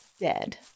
dead